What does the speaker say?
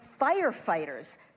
firefighters